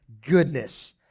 goodness